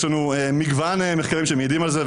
יש לנו מגוון מחקרים שמעידים על זה,